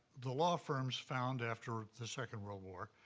the law firms found, after the second world war,